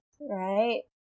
right